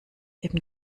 eben